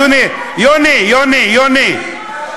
תגיד, כשאתה היית בצבא, קו 300 למדתם?